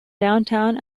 downtown